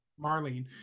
Marlene